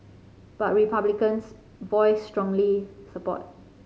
but Republicans voiced strongly support